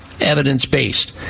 evidence-based